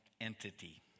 entity